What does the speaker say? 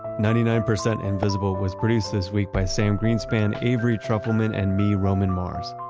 ninety nine percent invisible was produced this week by sam greenspan, avery trufelman and me, roman mars.